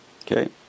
Okay